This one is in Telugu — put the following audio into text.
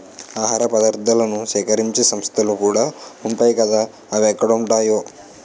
ఆహార పదార్థాలను సేకరించే సంస్థలుకూడా ఉంటాయ్ కదా అవెక్కడుంటాయో